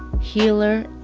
healer